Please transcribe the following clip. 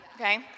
okay